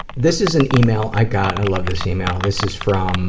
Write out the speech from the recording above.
this is an email i got i love this email. this is from